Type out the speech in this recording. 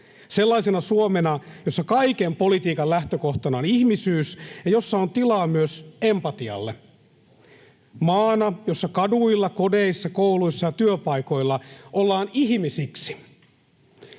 Sellaisena Suomena, jossa kaiken politiikan lähtökohta on ihmisyys ja jossa on tilaa myös empatialle. Maana, jossa kaduilla, kodeissa, kouluissa ja työpaikoilla ollaan ihmisiksi.